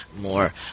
more